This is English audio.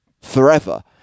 forever